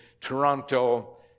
Toronto